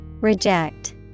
Reject